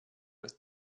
with